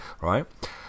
Right